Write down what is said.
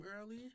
early